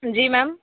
जी ma'am